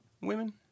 women